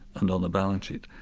and on a balance sheet.